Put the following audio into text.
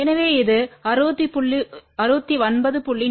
எனவே இது 69